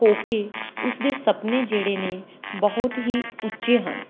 ਹੋਕੇ ਉਸ ਦੇ ਸਪਨੇ ਜਿਹੜੇ ਨੇ ਬਹੁਤ ਹੀ ਉੱਚੇ ਹਨ